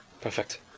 Perfect